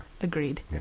Agreed